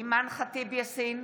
אימאן ח'טיב יאסין,